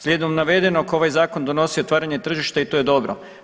Slijedom navedenog, ovaj Zakon donosi otvaranje tržišta i to je dobro.